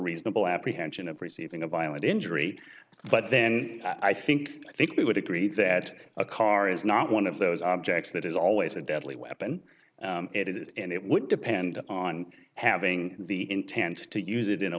reasonable apprehension of receiving a violent injury but then i think i think we would agree that a car is not one of those objects that is always a deadly weapon it is and it would depend on having the intent to use it in a